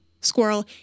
squirrel